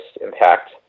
impact